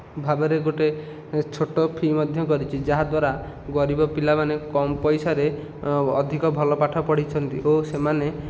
ଭାବରେ ଗୋଟିଏ ଛୋଟ ଫି ମଧ୍ୟ କରିଛି ଯାହାଦ୍ଵାରା ଗରିବ ପିଲାମାନେ କମ୍ ପଇସାରେ ଅଧିକ ଭଲ ପାଠ ପଢ଼ିଛନ୍ତି ଓ ସେମାନେ